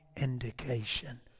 indication